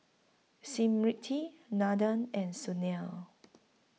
Smriti Nathan and Sunil